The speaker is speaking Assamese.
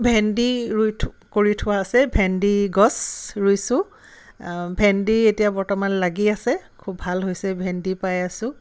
ভেণ্ডি ৰুই থো কৰি থোৱা আছে ভেণ্ডি গছ ৰুইছোঁ ভেণ্ডি এতিয়া বৰ্তমান লাগি আছে খুব ভাল হৈছে ভেণ্ডি পাই আছোঁ